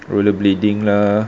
roller blading lah